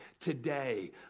Today